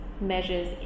measures